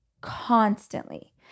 constantly